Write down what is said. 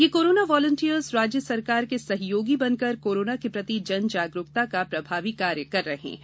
ये corona volunteers राज्य सरकार के सहयोगी बन कर कोरोना के प्रति जन जागरूकता का प्रभावी कार्य कर रहे है